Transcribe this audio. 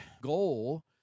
goal